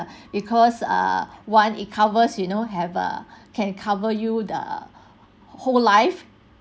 because ah one it covers you know have uh can cover you the whole life